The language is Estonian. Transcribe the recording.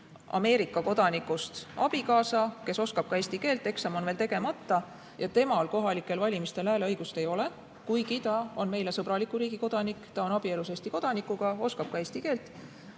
Ameerika kodanikust abikaasa, kes oskab ka eesti keelt, eksam on veel tegemata, ja temal kohalikel valimistel hääleõigust ei ole, kuigi ta on meile sõbraliku riigi kodanik, ta on abielus Eesti kodanikuga, oskab eesti keelt.